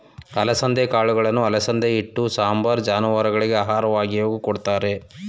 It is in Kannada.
ಅಲಸಂದೆ ಕಾಳುಗಳನ್ನು ಅಲಸಂದೆ ಹಿಟ್ಟು, ಸಾಂಬಾರ್, ಜಾನುವಾರುಗಳಿಗೆ ಆಹಾರವಾಗಿಯೂ ಕೊಡುತ್ತಾರೆ